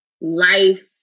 life